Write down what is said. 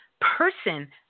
person